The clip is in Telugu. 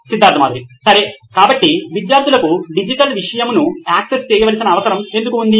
సిద్ధార్థ్ మాతురి CEO నోయిన్ ఎలక్ట్రానిక్స్ సరే కాబట్టి విద్యార్థులకు డిజిటల్ విషయమును యాక్సెస్ చేయవలసిన అవసరం ఎందుకు ఉంది